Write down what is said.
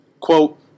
quote